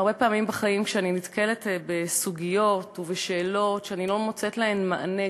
הרבה פעמים בחיים אני נתקלת בסוגיות ובשאלות שאני לא מוצאת עליהן מענה,